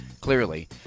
clearly